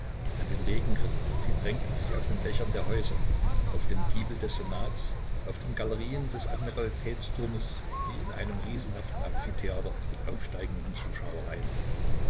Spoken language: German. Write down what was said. an den regenrinnen sie drängten sich auf den dächern der häuser auf dem giebel des senats auf den galerien des admiralitätsturmes wie in einem riesenhaften amphitheater mit aufsteigenden zuschauerreihen